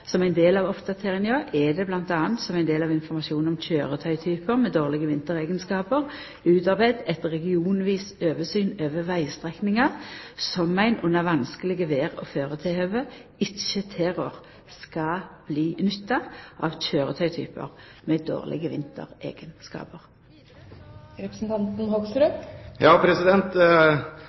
Som ein del av oppdateringa er det bl.a. – som ein del av informasjonen om køyretøytypar med dårlege vintereigenskapar – utarbeidd eit regionvist oversyn over vegstrekningar som ein, under vanskelege vêr- og føretilhøve, ikkje tilrår skal bli nytta av køyretøytypar med dårlege vintereigenskapar. Jeg synes det er bra. Statsråden kommer med